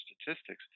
statistics